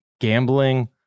gambling